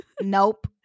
Nope